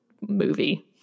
movie